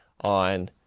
on